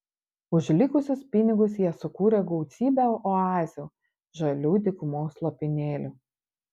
už likusius pinigus jie sukūrė gausybę oazių žalių dykumos lopinėlių